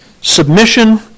submission